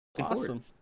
awesome